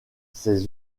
ses